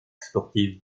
sportive